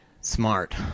Smart